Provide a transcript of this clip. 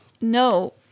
no